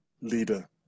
leader